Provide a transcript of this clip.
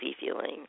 feeling